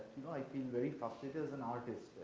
know i feel very frustrated as an artist,